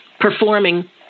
performing